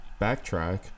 backtrack